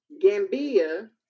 Gambia